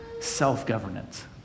self-governance